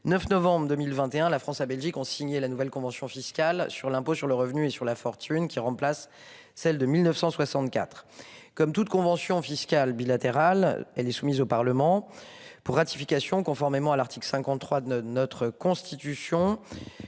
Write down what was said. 9 novembre 2021, la France, la Belgique ont signé la nouvelle convention fiscale sur l'impôt sur le revenu et sur la fortune qui remplace celle de 1964, comme toutes conventions fiscales bilatérales et les chemises au Parlement pour ratification conformément à l'article 53 de notre constitution.